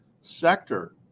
sector